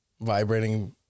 vibrating